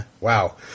wow